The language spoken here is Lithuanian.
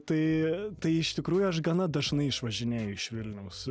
tai tai iš tikrųjų aš gana dažnai išvažinėju iš vilniaus